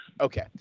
Okay